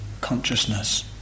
consciousness